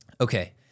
Okay